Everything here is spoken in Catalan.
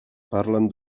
parlen